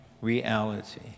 reality